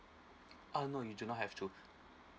uh no you do not have to